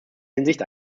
hinsicht